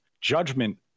Judgment